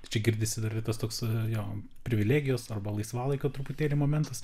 čia girdisi dar ir tas toks jo privilegijos arba laisvalaikio truputėlį momentas